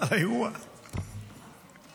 היו"ר משה